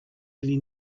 really